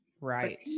right